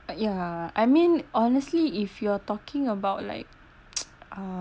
but yeah I mean honestly if you are talking about like uh